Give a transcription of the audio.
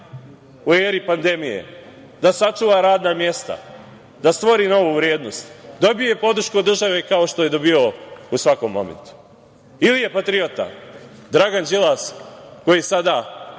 u eri pandemije da sačuva radna mesta, da stvori novu vrednost, dobije podršku od države kao što je dobijao u svakom momentu, ili je patriota Dragan Đilas koji sada